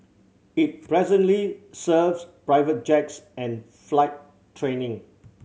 it presently serves private jets and flight training